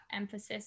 emphasis